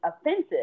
offensive